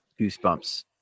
goosebumps